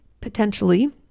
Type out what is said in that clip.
potentially